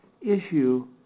issue